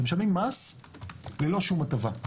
הם משלמים מס ללא שום הטבה.